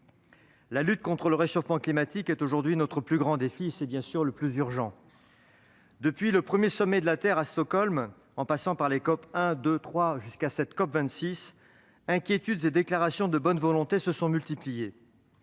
La lutte contre le réchauffement climatique est notre plus grand défi actuel et c'est le plus urgent. Depuis le premier Sommet de la Terre à Stockholm, en passant par les différentes COP qui se sont succédé jusqu'à cette COP26, inquiétudes et déclarations de bonne volonté se sont multipliées.